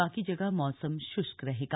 बाकी जगह मौसम शुष्क रहेगा